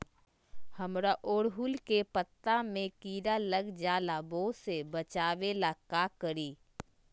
हमरा ओरहुल के पत्ता में किरा लग जाला वो से बचाबे ला का करी?